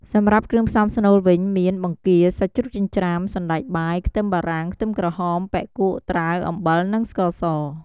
សម្រាប់គ្រឿងផ្សំស្នូលវិញមាន បង្គា សាច់ជ្រូកចិញ្ច្រាំ សណ្តែកបាយ ខ្ទឹមបារាំង ខ្ទឹមក្រហម បុិកួៈ ត្រាវ អំបិល និងស្ករស។